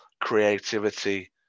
creativity